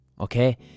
Okay